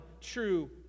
true